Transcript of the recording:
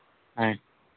ఆయ్